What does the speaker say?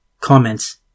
Comments